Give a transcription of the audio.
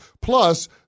Plus